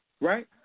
right